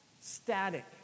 static